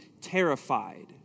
terrified